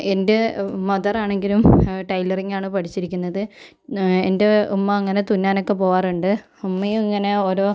എൻ്റെ മദറാണെങ്കിലും ടൈലറിംഗ് പഠിച്ചിരിക്കുന്നത് എൻ്റെ ഉമ്മ അങ്ങനെ തുന്നാനൊക്കെ പോകാറുണ്ട് ഉമ്മയും ഇങ്ങനെ ഓരോ